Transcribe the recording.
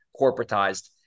corporatized